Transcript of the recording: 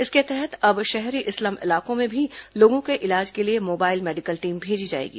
इसके तहत अब शहरी स्लम इलाकों में भी लोगों के इलाज के लिए मोबाइल मेडिकल टीम भेजी जाएगी